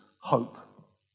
hope